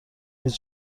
نیز